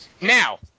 Now –